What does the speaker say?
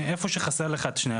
אז הוא יכנס לאלה שכן